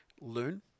Loon